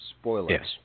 Spoilers